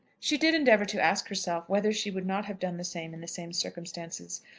she did endeavour to ask herself whether she would not have done the same in the same circumstances.